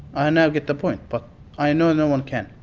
i now get the point but i know no one can.